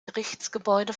gerichtsgebäude